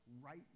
right